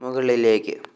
മുകളിലേക്ക്